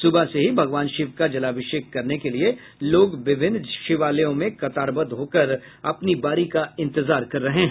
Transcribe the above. सुबह से ही भगवान शिव का जलाभिषेक करने के लिये लोग विभिन्न शिवालयों में कतारबद्ध होकर अपनी बारी का इंतजार कर रहे हैं